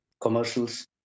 commercials